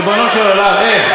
ריבונו של עולם, איך?